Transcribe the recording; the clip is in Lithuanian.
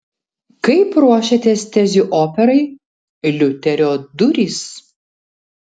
kaip ruošiatės tezių operai liuterio durys